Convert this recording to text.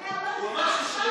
אני אמרתי לך ממש,